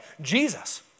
Jesus